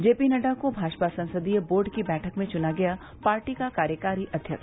जेपीनड्डा को भाजपा संसदीय बोर्ड की बैठक में च्ना गया पार्टी का कार्यकारी अध्यक्ष